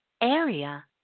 area